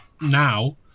now